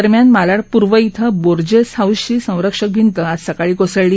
दरम्यान मालाड पूर्व क्रि बोर्जेस हाऊसची संरक्षण भिंत आज सकाळी कोसळली